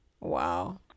wow